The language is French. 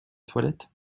toilettes